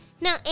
Now